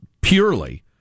purely